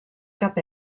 cap